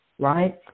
right